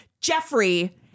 Jeffrey